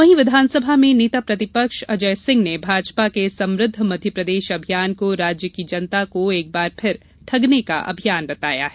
वहीं विधानसभा में नेता प्रतिपक्ष अजय सिंह ने भाजपा के समृद्ध मध्यप्रदेश अभियान को राज्य की जनता को एक बार फिर ठगने का अभियान बताया है